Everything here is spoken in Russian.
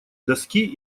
доски